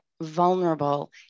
vulnerable